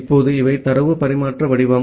இப்போது இவை தரவு பரிமாற்ற வடிவம்